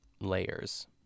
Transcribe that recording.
layers